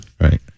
Right